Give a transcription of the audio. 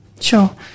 Sure